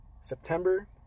September